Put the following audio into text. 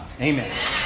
Amen